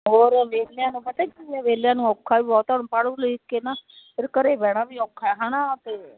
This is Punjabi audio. ਹੋਰ ਵੇਲਿਆਂ ਨੂੰ ਪਤਾ ਕੀ ਆ ਵੇਹਲਿਆਂ ਨੂੰ ਔਖਾ ਵੀ ਬਹੁਤ ਆ ਹੁਣ ਪੜ੍ਹ ਲਿਖ ਕੇ ਨਾ ਫਿਰ ਘਰ ਬਹਿਣਾ ਵੀ ਔਖਾ ਹੈ ਨਾ ਅਤੇ